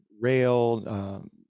rail